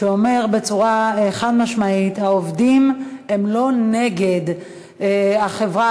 שאומר בצורה חד-משמעית: העובדים הם לא נגד החברה